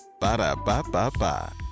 Ba-da-ba-ba-ba